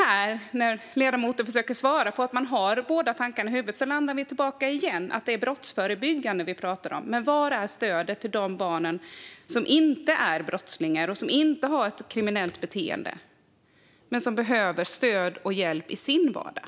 Även när ledamoten försöker svara att man har båda tankarna i huvudet landar vi i att det är brottsförebyggande man pratar om. Var är stödet till de barn som inte är brottslingar och som inte har ett kriminellt beteende men som behöver stöd och hjälp i sin vardag?